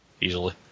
easily